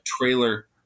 trailer